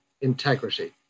integrity